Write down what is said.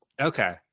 Okay